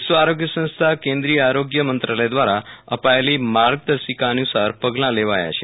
વિશ્વ આરોગ્ય સંસ્થા કેન્દ્રિય આરોગ્ય મંત્રાલય દ્વારા અપાયેલી માર્ગદર્શિકા અનુસાર પગલા લેવાયા છે